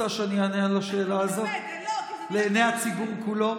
את באמת רוצה שאני אענה על השאלה הזאת לעיני הציבור כולו?